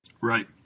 Right